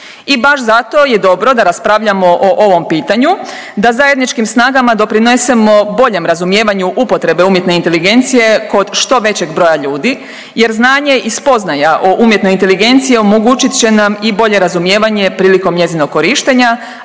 I baš zato je dobro da raspravljamo o ovom pitanju, da zajedničkim snagama doprinesemo boljem razumijevanju upotrebe umjetne inteligencije kod što većeg broja ljudi, jer znanje i spoznaja o umjetnoj inteligenciji omogućit će nam i bolje razumijevanje prilikom njezinog korištenja,